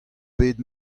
bet